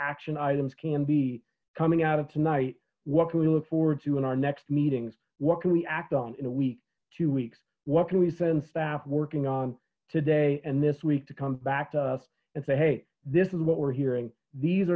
action items can be coming out of tonight what can we look forward to in our next meetings what can we act on in a week two weeks what can we send staff working on today and this week to come back to us and say hey this is what we're hearing these